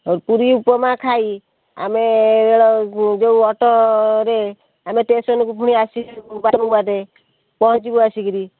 ପୁରୀ ଉପମା ଖାଇ ଆମେ ଯେଉଁ ଅଟୋରେ ଆମେ ଷ୍ଟେସନକୁ ପୁଣି ଆସିବୁ କେଉଁ ବାଟେ ପହଞ୍ଚିବୁ ଆସିକରି